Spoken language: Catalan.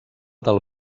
del